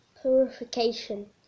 purification